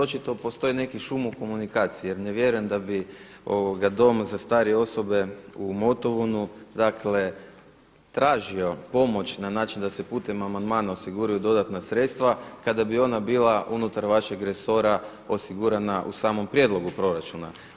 Očito postoji neki šum u komunikaciji jer ne vjerujem da bi dom za starije osobe u Motovunu dakle tražio pomoć na način da se putem amandmana osiguraju dodatna sredstva kada bi ona bila unutar vašeg resora osigurana u samom prijedlogu proračuna.